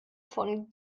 von